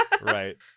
Right